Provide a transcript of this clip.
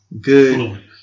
good